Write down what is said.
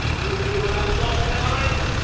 these people have lost their minds!